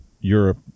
Europe